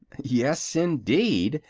yes, indeed!